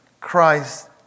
Christ